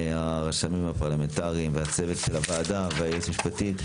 והרשמים הפרלמנטריים והצוות של הוועדה והיועצת המשפטית.